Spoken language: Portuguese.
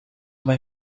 vai